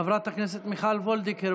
חברת הכנסת מיכל וולדיגר,